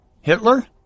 Hitler